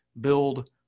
build